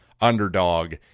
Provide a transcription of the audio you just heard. underdog